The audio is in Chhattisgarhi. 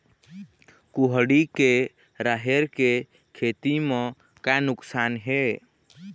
कुहड़ी के राहेर के खेती म का नुकसान हे?